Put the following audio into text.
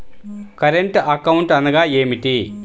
Current account అనగా ఏమిటి?